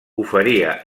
oferia